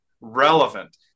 relevant